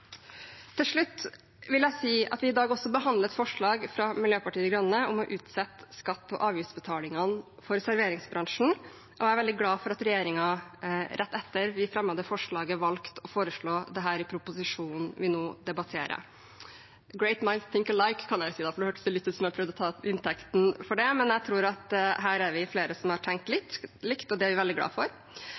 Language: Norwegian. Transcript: Til slutt: Vi behandler i dag også et forslag fra Miljøpartiet De Grønne om å utsette skatte- og avgiftsinnbetalingen for serveringsbransjen. Jeg er veldig glad for at regjeringen, rett etter at vi fremmet det forslaget, valgte å foreslå dette i proposisjonen vi nå debatterer. «Great minds think alike», kan jeg vel si da, for det hørtes vel litt ut som om jeg prøvde å ta æren for det. Her tror jeg at vi er flere som har tenkt likt, og det er vi veldig glad for.